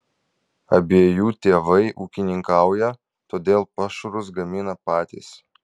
abiejų tėvai ūkininkauja todėl pašarus gamina patys